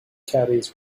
caddies